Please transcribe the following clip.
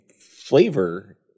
flavor